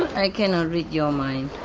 i cannot read your mind.